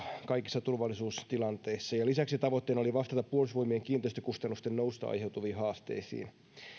kaikissa turvallisuustilanteissa lisäksi tavoitteena oli vastata puolustusvoimien kiinteistökustannusten noususta aiheutuviin haasteisiin